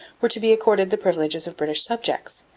were to be accorded the privileges of british subjects,